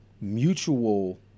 mutual